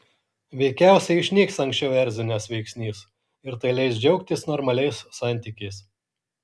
veikiausiai išnyks anksčiau erzinęs veiksnys ir tai leis džiaugtis normaliais santykiais